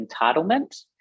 entitlement